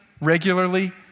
regularly